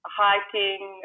hiking